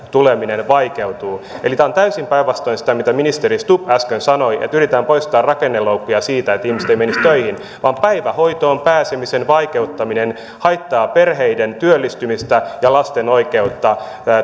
tuleminen vaikeutuu eli tämä on täysin päinvastoin kuin mitä ministeri stubb äsken sanoi että yritetään poistaa rakenneloukkuja siitä että ihmiset eivät menisi töihin päivähoitoon pääsemisen vaikeuttaminen haittaa perheiden työllistymistä ja lasten oikeutta